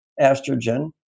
estrogen